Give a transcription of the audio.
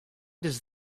does